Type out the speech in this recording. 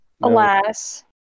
Alas